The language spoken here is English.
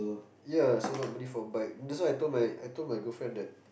ya save up money for a bike that's why I told my I told my girlfriend that